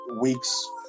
weeks